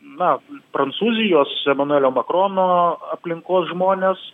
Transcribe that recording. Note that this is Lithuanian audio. na prancūzijos emanuelio makrono aplinkos žmonės